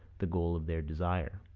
the goal of their desire.